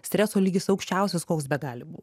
streso lygis aukščiausias koks begali būt